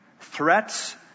threats